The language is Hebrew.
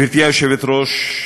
גברתי היושבת-ראש,